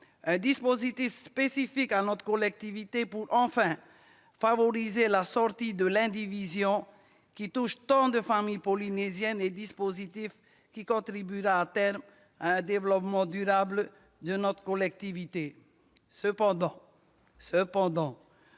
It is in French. un dispositif spécifique à notre collectivité pour enfin favoriser la sortie de l'indivision, indivision qui touche tant de familles polynésiennes, un dispositif qui contribuera, à terme, à un développement durable de notre collectivité. Cependant,